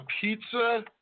pizza